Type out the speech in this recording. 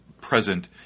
present